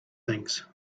things